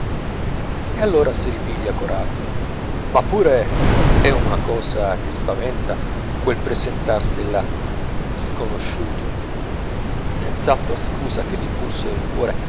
e allora si ripiglia coraggio ma pure è una cosa che spaventa quel presentarsi là sconosciuti senz'altra scusa che l'impulso del cuore